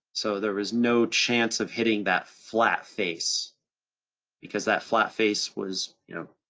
so there was no chance of hitting that flat face because that flat face was, you know,